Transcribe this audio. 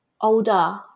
older